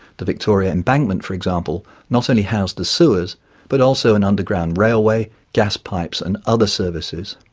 the victoria embankment for example, not only housed the sewers but also an underground railway, gas pipes and other services.